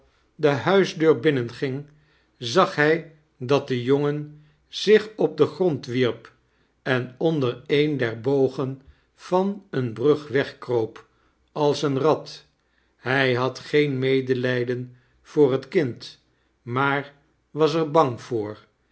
de huisdeur binnenging zag hij dat de jongen zich op den grond wierp en onder een der bogen van eene brug wegkroop als een rat hi had geen medelijden voor het kind maar was er bang voor